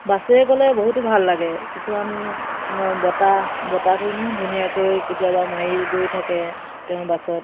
বাছেৰে গ'লে বহুতো ভাল লাগে কিছুমান বতাহ বতাহটো ইমান ধুনীয়াকৈ কেতিয়াবা মাৰি গৈ থাকে তেওঁৰ বাছত